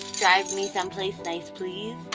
drive me some place nice please?